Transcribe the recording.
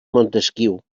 montesquiu